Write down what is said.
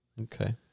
Okay